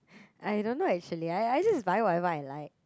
I don't know actually I I just buy whatever I like